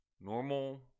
normal